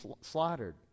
slaughtered